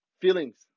feelings